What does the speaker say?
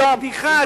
זה בדיחה.